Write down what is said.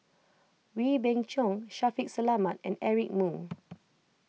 Wee Beng Chong Shaffiq Selamat and Eric Moo